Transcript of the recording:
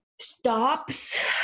stops